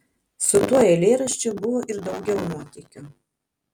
su tuo eilėraščiu buvo ir daugiau nuotykių